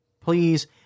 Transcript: Please